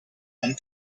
and